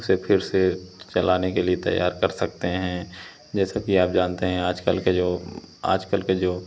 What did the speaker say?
उसे फिर से चलाने के लिए तैयार कर सकते हैं जैसा कि आप जानते हैं आजकल के जो आजकल के जो